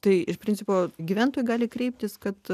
tai iš principo gyventojai gali kreiptis kad